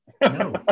No